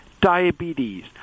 diabetes